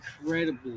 incredible